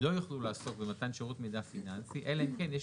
לא יוכלו לעסוק במתן שירות מידע פיננסי אלא אם כן יש